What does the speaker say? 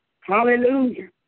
Hallelujah